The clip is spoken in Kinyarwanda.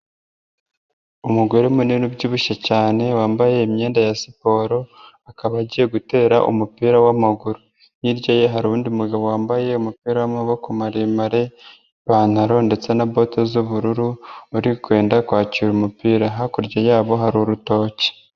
Umugore munini ubyibushye cyane wambaye imyenda ya siporo akaba agiye gutera umupira w'amaguru, hirya ye hari undi mugabo wambaye umupira w'amaboko maremare n'ipantaro ndetse na bote z'ubururu uri kwenda kwakira umupira, hakurya yabo hari urutoki.